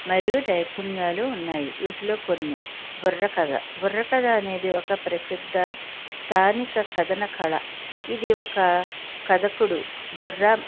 మరియు నైపుణ్యాలు ఉన్నాయి వీటిలో కొన్ని బుర్రకథ బుర్రకథ అనేది ఒక ప్రసిద్ధ స్థానిక కథన కళ ఇది ఒక కథకుడు బుర్ర